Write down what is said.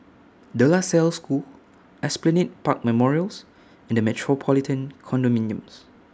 De La Salle School Esplanade Park Memorials and The Metropolitan Condominium